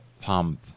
pump